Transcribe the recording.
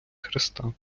хреста